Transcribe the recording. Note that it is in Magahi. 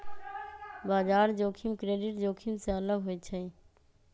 बजार जोखिम क्रेडिट जोखिम से अलग होइ छइ